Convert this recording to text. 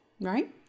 right